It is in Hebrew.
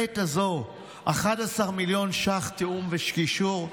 11 מיליון ש"ח תיאום וקישור?